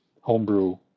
Homebrew